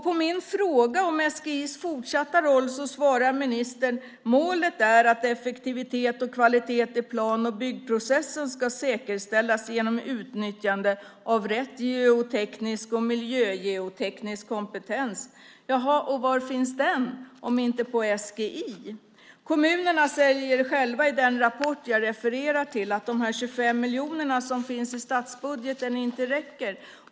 På min fråga om SGI:s fortsatta roll svarar ministern: Målet är att effektivitet och kvalitet i plan och byggprocessen ska säkerställas genom utnyttjande av rätt geoteknisk och miljögeoteknisk kompetens. Jaha, och var finns den om inte på SGI? Kommunerna säger själva i den rapport jag refererar till att de 25 miljoner som finns i statsbudgeten inte räcker.